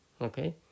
Okay